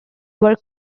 were